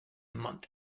month